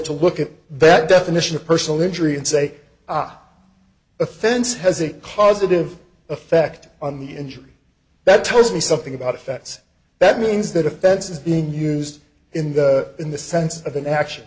to look at that definition of personal injury and say offense has a positive effect on the injury that tells me something about effects that means that offense is being used in the in the sense of an action